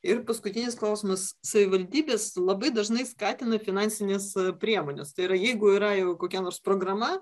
ir paskutinis klausimas savivaldybės labai dažnai skatina finansines priemones tai yra jeigu yra jau kokia nors programa